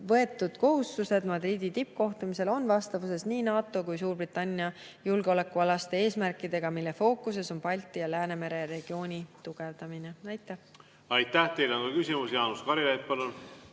võetud kohustused Madridi tippkohtumisel on vastavuses NATO ja Suurbritannia julgeolekualaste eesmärkidega, mille fookuses on Balti ja Läänemere regiooni tugevdamine. Aitäh! Aitäh! Teile on ka küsimusi. Jaanus Karilaid, palun!